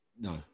No